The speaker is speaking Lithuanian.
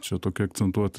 čia tokį akcentuot